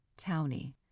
townie